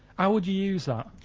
how would you use that?